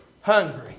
hungry